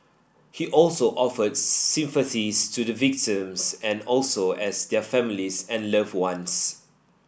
he also offered sympathies to the victims and also as their families and loved ones